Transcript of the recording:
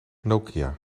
nokia